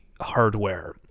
hardware